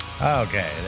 Okay